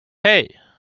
hey